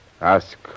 Ask